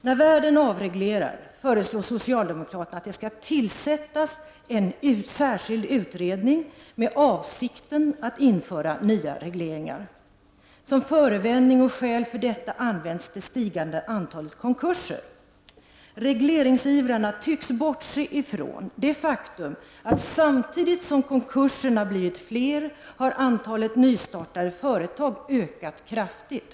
När världen avreglerar föreslår socialdemokraterna att en särskild utredning skall tillsättas i avsikt att införa nya regleringar. Som förevändning och skäl för detta används det stigande antalet konkurser. Regleringsivrarna tycks bortse från det faktum att när konkurserna blivit fler har antalet nystartade företag samtidigt kraftigt ökat.